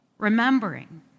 Remembering